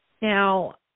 Now